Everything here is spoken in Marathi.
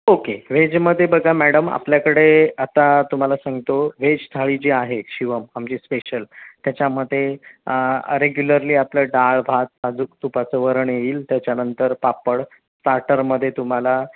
ओके व्हेजमध्ये बघा मॅडम आपल्याकडे आता तुम्हाला सांगतो व्हेज थाळी जी आहे शिवम आमची स्पेशल त्याच्यामध्ये रेग्युलरली आपलं डाळ भात साजूक तुपाचं वरण येईल त्याच्यानंतर पापड स्टार्टरमध्ये तुम्हाला